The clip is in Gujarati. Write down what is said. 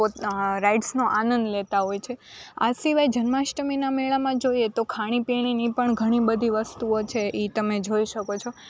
પોતા રાઇડ્સનો લેતા હોય છે આ સિવાય જન્માષ્ટમીના મેળામાં જોઈએ તો ખાણીપીણીની પણ ઘણી બધી વસ્તુઓ છે એ તમે જોઈ શકો છો